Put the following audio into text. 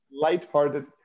lighthearted